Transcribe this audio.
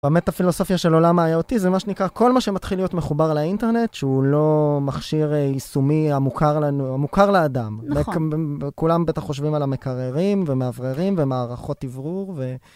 באמת, הפילוסופיה של עולם IoT, מה שנקרא, כל מה שמתחיל להיות מחובר לאינטרנט, שהוא לא מכשיר איסומי המוכר לאדם. נכון. כולם בטח חושבים על המקררים, ומאווררים, ומערכות אוורור, ו...